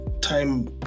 time